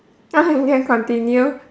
you can continue